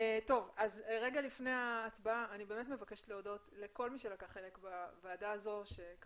רגע לפני ההצבעה אני באמת מבקשת להודות לכל מי שלקח חלק בוועדה שהתמשכה